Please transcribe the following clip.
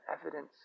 evidence